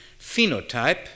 phenotype